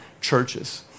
churches